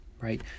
right